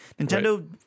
nintendo